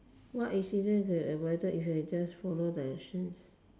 what accident could be avoided if you just follow directions